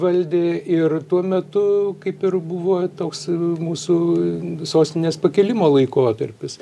valdė ir tuo metu kaip ir buvo toks mūsų sostinės pakilimo laikotarpis